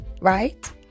Right